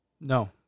No